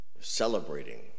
celebrating